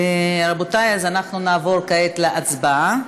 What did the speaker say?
רבותי, אז אנחנו נעבור כעת להצבעה.